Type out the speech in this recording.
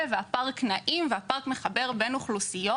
והפארק נעים והפארק מחבר בין אוכלוסיות,